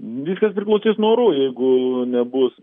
viskas priklausys nuo orų jeigu nebus